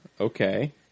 Okay